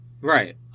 right